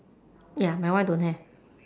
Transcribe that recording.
ya my one don't have